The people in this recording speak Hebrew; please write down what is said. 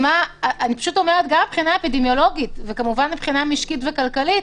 מבחינה אפידמיולוגית, משקית וכלכלית